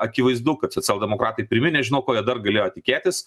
akivaizdu kad socialdemokratai pirmi nežinsi ko jie dar galėjo tikėtis